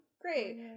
great